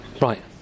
Right